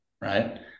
right